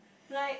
like